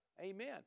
Amen